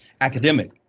academic